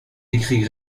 écrits